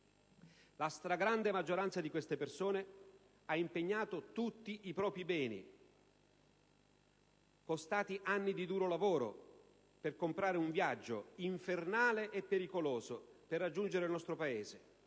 La stragrande maggioranza di queste persone ha impegnato tutti i propri beni, costati anni di duro lavoro, per comprare un viaggio infernale e pericoloso per raggiungere il nostro Paese,